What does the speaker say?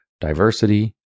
diversity